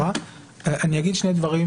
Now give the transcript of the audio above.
אני אגיד שני דברים,